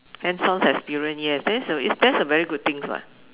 hands on experience yes that's a is that's a very good things [what]